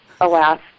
alas